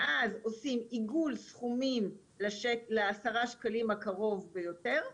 ואז עושים עיגול סכומים לעשרה שקלים הקרוב ביותר.